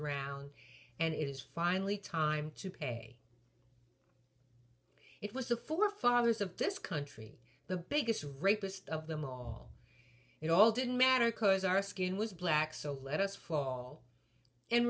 around and it is finally time to pay it was the forefathers of this country the biggest rapist of them all it all didn't matter because our skin was black so let us fall